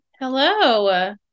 Hello